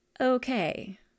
okay